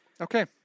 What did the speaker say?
Okay